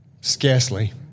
scarcely